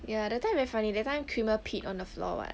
ya that time very funny that time creamer peed on the floor [what]